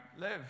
live